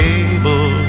able